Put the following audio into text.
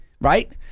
right